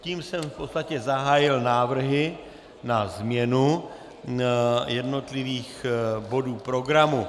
Tím jsem v podstatě zahájil návrhy na změnu jednotlivých bodů programu.